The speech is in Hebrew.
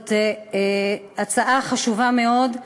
וזאת הצעה חשובה מאוד,